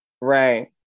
Right